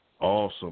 Awesome